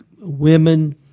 women